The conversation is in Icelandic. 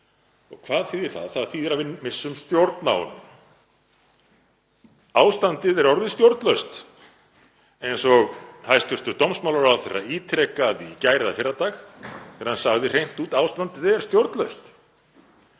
Og hvað þýðir það? Það þýðir að við missum stjórn á honum. Ástandið er orðið stjórnlaust, eins og hæstv. dómsmálaráðherra ítrekaði í gær eða fyrradag þegar hann sagði hreint út: Ástandið er stjórnlaust.